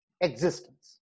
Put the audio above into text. existence